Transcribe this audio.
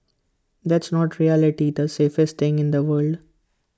that's not really safest thing in the world